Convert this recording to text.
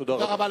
תודה רבה.